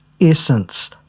essence